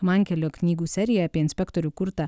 mankelio knygų seriją apie inspektorių kurtą